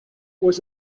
was